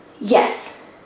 Yes